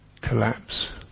collapse